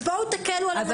אז בואו תקלו על המנגנון הזה.